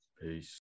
Peace